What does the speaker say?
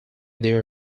their